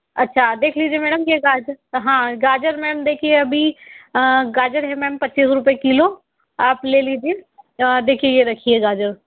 अच्छा देख लीजिए मैडम ये गाजर हाँ गाजर मैम देखिए अभी गाजर है मैम पच्चीस रुपए किलो आप ले लीजिए देखिए देखिए ये रखी है गाजर